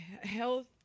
health